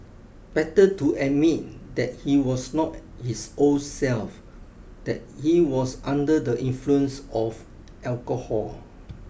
better to admit that he was not his old self that he was under the influence of alcohol